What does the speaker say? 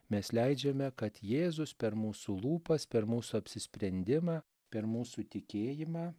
mes leidžiame kad jėzus per mūsų lūpas per mūsų apsisprendimą per mūsų tikėjimą